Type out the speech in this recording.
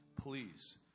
please